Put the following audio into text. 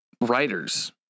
writers